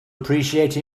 appreciate